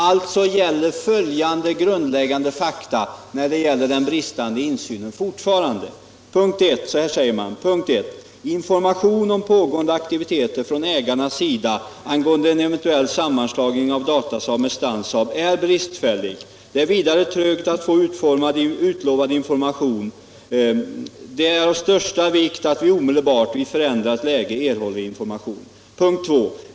Alltså gäller följande grundläggande fakta beträffande den bristande insynen: ”1. Information om pågående aktiviteter från ägarnas sida angående en eventuell sammanslagning av Datasaab med STANSAASB är bristfällig. Det är vidare trögt att få utlovad information ——--. Det är av största vikt att vi omedelbart, vid förändrat läge, erhåller information. 2.